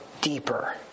deeper